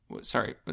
Sorry